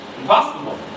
Impossible